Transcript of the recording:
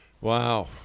Wow